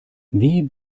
wie